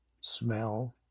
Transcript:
smell